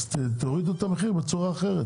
אז תורידו את המחיר בצורה אחרת,